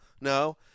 no